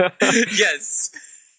Yes